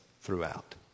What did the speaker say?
throughout